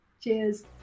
Cheers